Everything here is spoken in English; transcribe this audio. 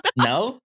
No